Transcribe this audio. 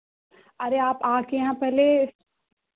अरे आप आके यहाँ पहले